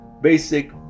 basic